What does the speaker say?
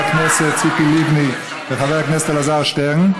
הכנסת ציפי לבני וחבר הכנסת אלעזר שטרן.